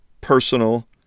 personal